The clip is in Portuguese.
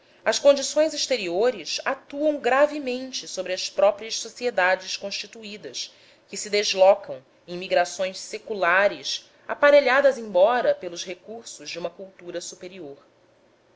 as condições exteriores atuam gravemente sobre as próprias sociedades constituídas que se deslocam em migrações seculares aparelhadas embora pelos recursos de uma cultura superior